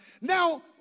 Now